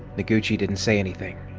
noguchi didn't say anything.